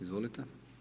Izvolite.